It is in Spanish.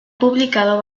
publicado